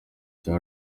cye